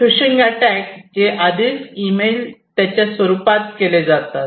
तर phishing attack जे आधीच ईमेल त्याच्या स्वरूपात केले जातात